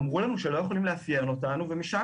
אמרו לנו שלא יודעים לאפיין אותנו ומשם